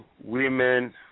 women